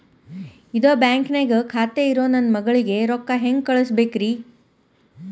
ಇದ ಬ್ಯಾಂಕ್ ನ್ಯಾಗ್ ಖಾತೆ ಇರೋ ನನ್ನ ಮಗಳಿಗೆ ರೊಕ್ಕ ಹೆಂಗ್ ಕಳಸಬೇಕ್ರಿ?